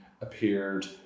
appeared